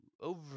over